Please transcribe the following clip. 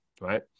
right